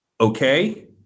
okay